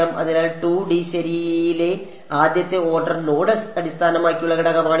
അതിനാൽ 2D ശരിയിലെ ആദ്യത്തെ ഓർഡർ നോഡ് അടിസ്ഥാനമാക്കിയുള്ള ഘടകമാണിത്